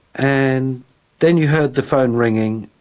and then you heard the phone ringing,